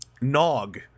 Nog